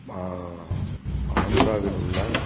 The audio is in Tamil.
ஆந்திராவில் உள்ள